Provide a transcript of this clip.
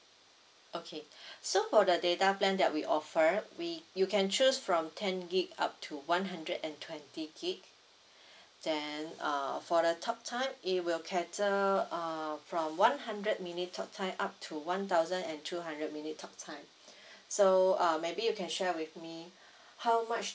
okay so for the data plan that we offer we you can choose from ten gig up to one hundred and twenty gig then uh for the talk time it will cater err from one hundred minutes talk time up to one thousand and two hundred minute talk time so uh maybe you can share with me how much